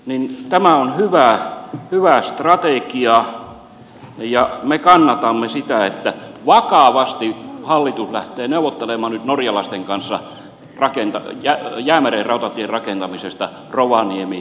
muuten tämä on hyvä strategia ja me kannatamme sitä että vakavasti hallitus lähtee neuvottelemaan nyt norjalaisten kanssa jäämeren rautatien rakentamisesta rovaniemikirkkoniemi välille